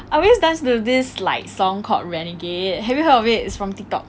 I always dance to this like song called renegade have you heard of it it's from Tiktok